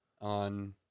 On